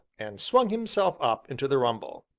and swung himself up into the rumble.